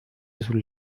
sul